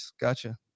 gotcha